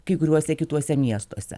kai kuriuose kituose miestuose